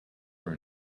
were